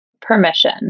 permission